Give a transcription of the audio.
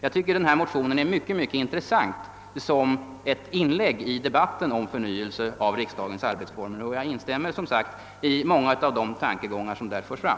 Jag finner detta motionspar vara mycket intressant som ett inlägg i debatten om förnyelse av riksdagens arbetsformer, och jag instämmer som sagt i många av de tankegångar som där förts fram.